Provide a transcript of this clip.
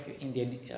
Indian